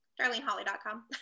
DarleneHolly.com